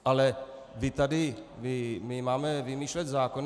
Ale my tady máme vymýšlet zákony?